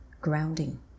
grounding